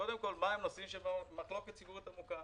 קודם כל, מהם הנושאים במחלוקת ציבורית עמוקה?